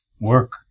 work